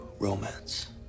romance